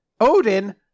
Odin